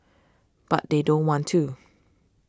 but they don't want to